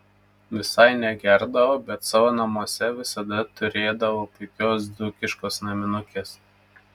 visai negerdavo bet savo namuose visada turėdavo puikios dzūkiškos naminukės